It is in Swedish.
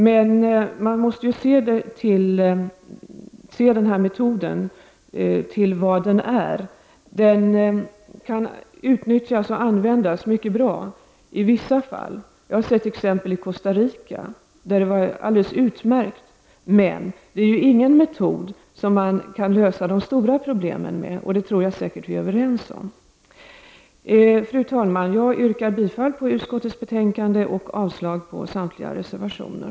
Men man måste se den här metoden för vad den är. Den kan utnyttjas och användas på ett bra sätt i vissa fall. Jag har sett exempel på detta i Costa Rica där det fungerat alldeles utmärkt. Men det är ingen metod som man kan lösa de stora problemen med. Det tror jag säkert vi är överens om. Fru talman! Jag yrkar bifall till utskottet hemställan och avslag på samtliga reservationer.